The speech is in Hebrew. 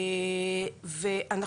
אנחנו